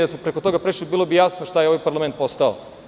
Da smo preko toga prešli, bilo bi jasno šta je ovaj parlament postao.